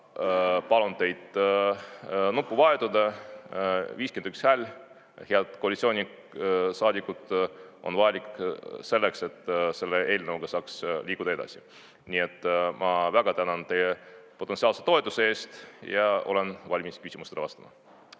palun teid nuppu vajutada. 51 häält, head koalitsioonisaadikud, on vajalik selleks, et selle eelnõuga saaks liikuda edasi. Nii et ma väga tänan teie potentsiaalse toetuse eest ja olen valmis küsimustele vastama.